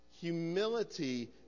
Humility